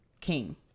king